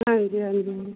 ਹਾਂਜੀ ਹਾਂਜੀ